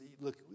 look